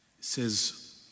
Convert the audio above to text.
says